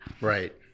Right